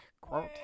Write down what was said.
quote